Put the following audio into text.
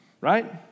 Right